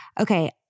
Okay